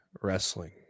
wrestling